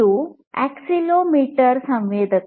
ಇದು ಅಕ್ಸೆಲೆರೊಮೀಟರ್ ಸಂವೇದಕ